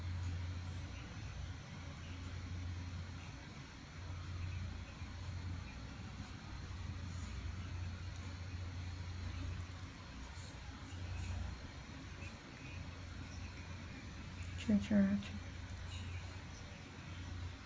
true true